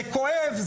זה כואב,